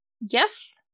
yes